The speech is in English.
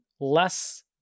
less